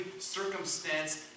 circumstance